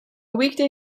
weekday